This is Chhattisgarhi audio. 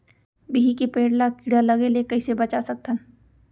बिही के पेड़ ला कीड़ा लगे ले कइसे बचा सकथन?